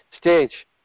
stage